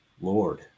Lord